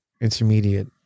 intermediate